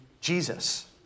Jesus